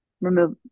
Remove